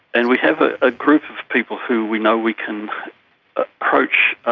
and we have a group of people who we know we can approach,